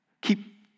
keep